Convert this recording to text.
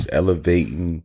elevating